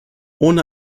ohne